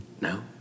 No